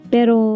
Pero